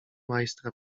majstra